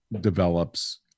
develops